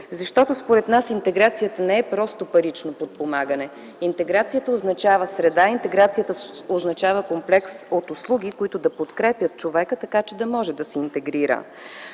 Според нас интеграцията не е просто парично подпомагане. Интеграцията означава среда, интеграцията означава комплекс от услуги, които да подкрепят човека така, че да може да се интегрира.